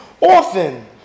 often